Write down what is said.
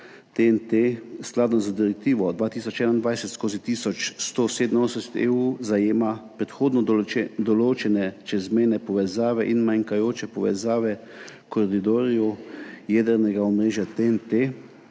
TEN-T skladno z direktivo 2021/1187 EU zajema predhodno določene čezmejne povezave in manjkajoče povezave v koridorju jedrnega omrežja TEN-T